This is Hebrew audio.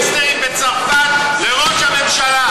אני רוצה שקיפות על כסף שמועבר מגנגסטרים בצרפת לראש הממשלה.